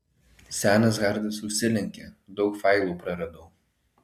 senas hardas užsilenkė daug failų praradau